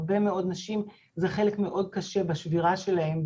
הרבה מאוד נשים זה חלק גדול מאוד בשבירה שלהן,